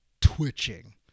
twitching